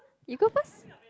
you go first